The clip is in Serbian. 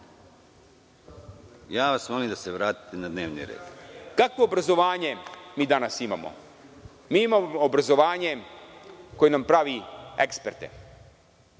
ja vas molim da se vratite na dnevni red.)Kako obrazovanje mi danas imamo? Mi imamo obrazovanje koje nam pravi eksperte.